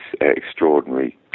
extraordinary